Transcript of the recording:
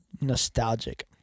nostalgic